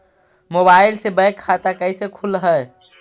Mobile से bank खाता कैसे खुल है?